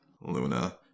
luna